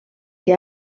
que